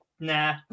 Nah